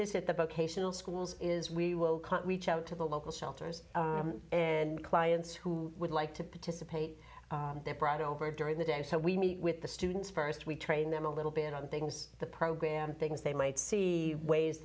vocational schools is we will reach out to the local shelters and clients who would like to participate they're brought over during the day and so we meet with the students first we train them a little bit on things the program things they might see ways